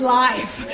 life